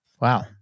Wow